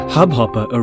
Hubhopper